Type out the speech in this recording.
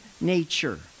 nature